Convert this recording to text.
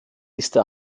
liste